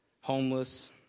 homeless